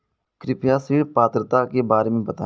कृपया ऋण पात्रता के बारे में बताएँ?